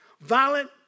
violent